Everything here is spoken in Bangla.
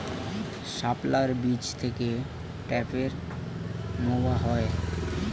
শাপলার বীজ থেকে ঢ্যাপের মোয়া হয়?